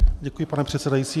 Děkuji, pane předsedající.